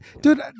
dude